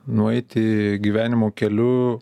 nueiti gyvenimo keliu